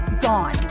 gone